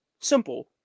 simple